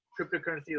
cryptocurrency